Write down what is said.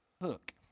hook